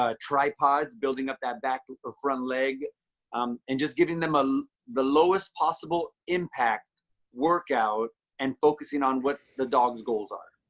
ah tripods building up that back or front leg um and just giving them ah the lowest possible impact workout and focusing on what the dog's goals are.